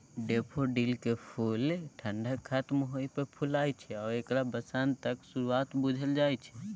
डेफोडिलकेँ फुल ठंढा खत्म होइ पर फुलाय छै आ एकरा बसंतक शुरुआत बुझल जाइ छै